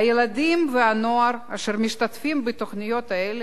הילדים והנוער אשר משתתפים בתוכניות האלה,